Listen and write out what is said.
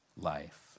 life